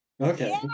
okay